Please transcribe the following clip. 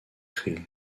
créé